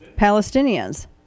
Palestinians